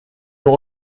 nur